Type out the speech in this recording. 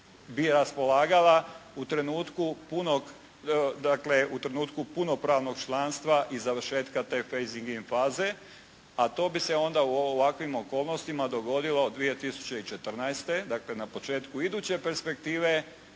punog, dakle u trenutku punopravnog članstva i završetka te faising in faze, a to bi se onda u ovakvim okolnostima dogodilo 2014. Dakle na početku iduće perspektive